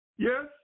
Yes